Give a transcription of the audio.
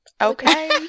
Okay